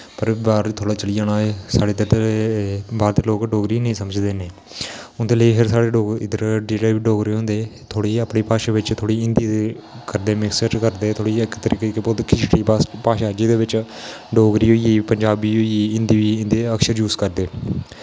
बाह्र थोह्ड़ा चली जाना होऐ साढ़े इद्धर दे बाह्र दे लोग डोगरी नेईं समझदे न उं'दे लेई फ्ही साढ़े इद्धर दे डोगरे होंदे थोह्ड़ी जी अपनी भाशा बिच्च थोह्ड़ी जी हिन्दी करदे मिक्स करदे थोह्ड़ी जी किसी बोलदे खिचड़ी भाशा जेह्दे बिच्च डोगरी होई गेई पंजाबी होई गेई हिन्दी होई गेई हिंदी दे अक्षर यूस करदे